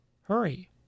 hurry